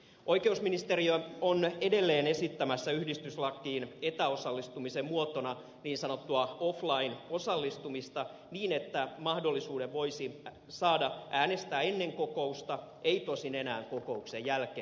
oikeusministeriö on edelleen esittämässä yhdistyslakiin etäosallistumisen muotona niin sanottua offline osallistumista niin että mahdollisuuden voisi saada äänestää ennen kokousta ei tosin enää kokouksen jälkeen